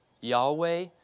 Yahweh